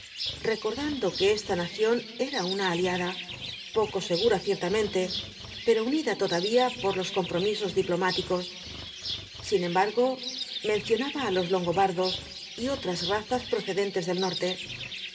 recordando que esta nación era una aliada poco segura ciertamente pero unida todavía por los compromisos diplomáticos sin embargo mencionaba á los longobardos y otras razas procedentes del norte